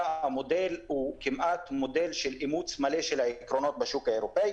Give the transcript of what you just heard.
המודל הוא כמעט מודל של אימוץ מלא של העקרונות בשוק האירופאי.